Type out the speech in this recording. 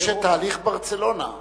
יש תהליך ברצלונה.